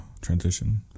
transition